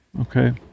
okay